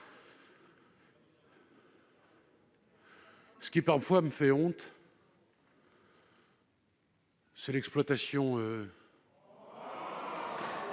Ce qui parfois me fait honte, c'est l'exploitation ...